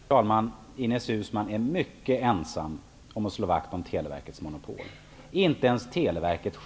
Herr talman! Ines Uusmann är mycket ensam om att slå vakt om Televerkets monopol. Inte ens